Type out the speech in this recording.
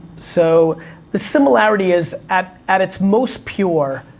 so the similarity is, at at its most pure,